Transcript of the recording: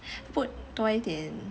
put 多一点